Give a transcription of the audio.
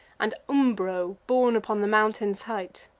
and umbro, born upon the mountains' height.